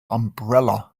umbrella